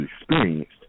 experienced